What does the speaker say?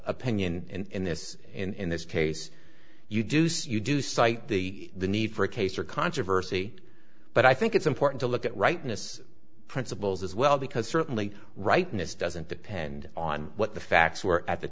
opinion and this in this case you do so you do cite the need for a case or controversy but i think it's important to look at rightness principles as well because certainly rightness doesn't depend on what the facts were at the